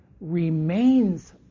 remains